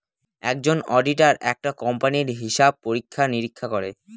একজন অডিটার একটা কোম্পানির হিসাব পরীক্ষা নিরীক্ষা করে